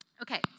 Okay